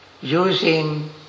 using